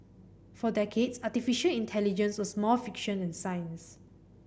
for decades artificial intelligence was more fiction than science